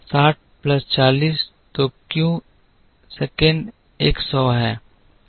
60 plus 40 तो Q 2 एक सौ है